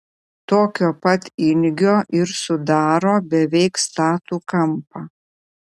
tokio pat ilgio ir sudaro beveik statų kampą